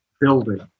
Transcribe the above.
building